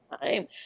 time